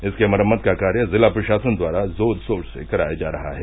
इसके मरम्मत का कार्य जिला प्रशासन जोर शोर से कराया जा रहा है